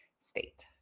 state